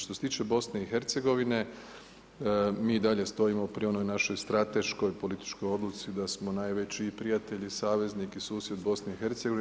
Što se tiče BiH-a, mi i dalje stojimo pri onoj našoj strateškoj političkoj odluci da smo najveći i prijatelj i saveznik i susjed BiH-a.